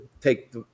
take